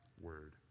word